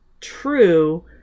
true